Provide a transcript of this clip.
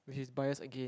which is bias again